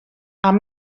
amb